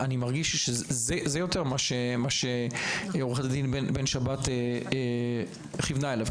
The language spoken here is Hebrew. אני מרגיש שזה יותר מה שעוה"ד בן שבת כיוונה אליו.